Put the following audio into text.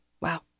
Wow